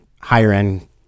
higher-end